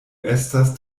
estas